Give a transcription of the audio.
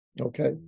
Okay